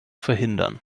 verhindern